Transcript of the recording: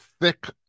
thick